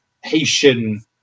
Haitian